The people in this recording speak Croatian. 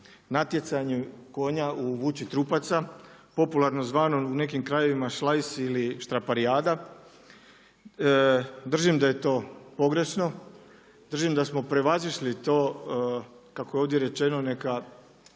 natjecanju konja u vuči trupaca, popularno zvano u nekim krajevima šlajs ili štraparijada. Držim da je to pogrešno, držim da smo prevazišli to kako je ovdje rečeno, neka